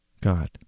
God